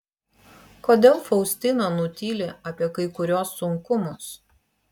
kodėl faustina nutyli apie kai kuriuos sunkumus